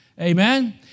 Amen